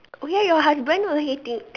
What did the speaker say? oh ya your husband he hate it